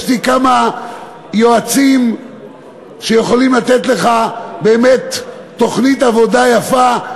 יש לי כמה יועצים שיכולים לתת לך באמת תוכנית-עבודה יפה,